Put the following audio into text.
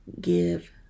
give